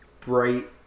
bright